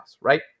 right